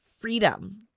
freedom